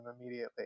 immediately